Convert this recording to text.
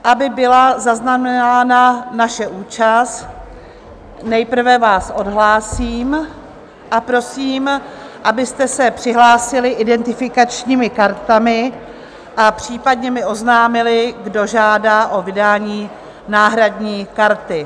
Aby byla zaznamenána naše účast, nejprve vás odhlásím a prosím, abyste se přihlásili identifikačními kartami a případně mi oznámili, kdo žádá o vydání náhradní karty.